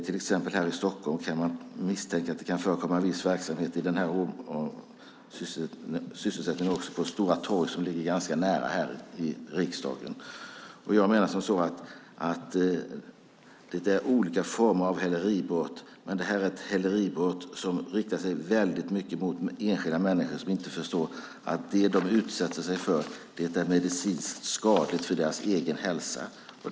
Till exempel här i Stockholm kan man misstänka att det kan förekomma en viss verksamhet vid det stora torg som ligger ganska nära riksdagen. Det är olika former av häleribrott, men det är häleribrott som mycket riktar sig mot enskilda människor som inte förstår att det de utsätter sig för är medicinskt skadligt för deras egen hälsa.